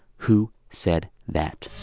who said that?